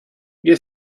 you